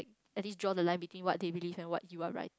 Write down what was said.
at least draw the line between what they believe and what you are write